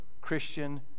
christian